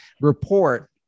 report